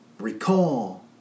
recall